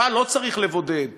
אותה לא צריך לבודד,